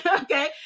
okay